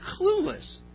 clueless